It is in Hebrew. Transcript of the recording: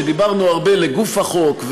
שדיברנו הרבה לגוף החוק,